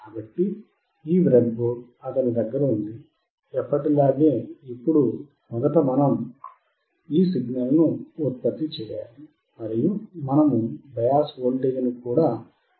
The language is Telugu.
కాబట్టి ఈ బ్రెడ్బోర్డు అతని దగ్గర ఉంది ఎప్పటిలాగే ఇప్పుడు మొదట మనం ఈ సిగ్నల్ను ఉత్పత్తి చేయాలి మరియు మనము బయాస్ వోల్టేజ్ను కూడా ఆప్ యాంప్కు వర్తింపజేయాలి